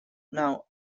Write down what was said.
now